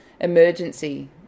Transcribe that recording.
emergency